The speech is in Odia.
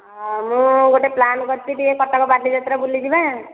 ମୁଁ ଗୋଟେ ପ୍ଲାନ୍ କରିଛି ଟିକିଏ କଟକ ବାଲିଯାତ୍ରା ବୁଲିଯିବା